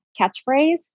catchphrase